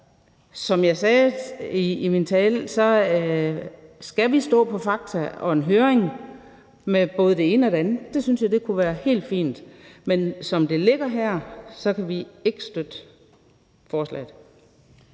Som jeg sagde i min tale, skal vi stå på fakta, og en høring med både det ene det andet synes jeg kunne være helt fint. Men som forslaget ligger her, kan vi ikke støtte det.